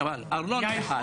אבל ארנונה אחד.